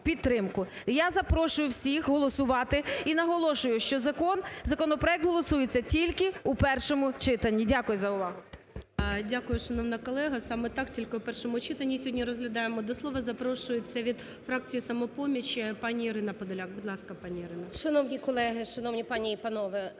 я запрошую всіх голосувати і наголошую, що закон… законопроект голосується тільки у першому читанні. Дякую за увагу. ГОЛОВУЮЧИЙ. Дякую, шановна колего. Саме так, тільки у першому читанні сьогодні розглядаємо. До слова запрошується від фракції "Самопоміч" пані Ірина Подоляк. Будь ласка, пані Ірино. 13:38:30 ПОДОЛЯК І.І. Шановні колеги! Шановні пані і панове!